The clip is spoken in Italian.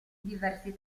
diversi